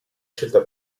scelta